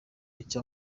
icya